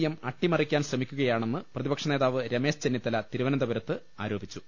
M അട്ടിമറി ക്കാൻ ശ്രമിക്കുകയാണെന്ന് പ്രതിപക്ഷനേതാവ് രമേശ് ചെന്നി ത്തല തിരുവനന്തപുരത്ത് ആരോപിച്ചു